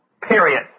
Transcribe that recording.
Period